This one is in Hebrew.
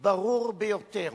ברור ביותר